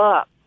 up